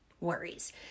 worries